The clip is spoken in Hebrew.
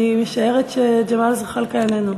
אני משערת שג'מאל זחאלקה איננו.